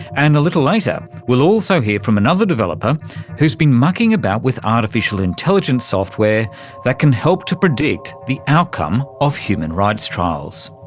and a little later we'll also hear from another developer who's been mucking about with artificial intelligence software that can help to predict the outcome of human rights trials.